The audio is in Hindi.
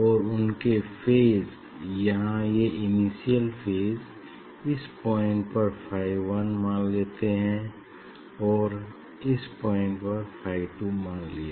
और उनके फेज यहाँ ये इनिशियल फेज इस पॉइंट पर फाई 1 मान लेते हैं और इस पॉइंट पर फाई 2 मान लिया